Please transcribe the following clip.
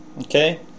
Okay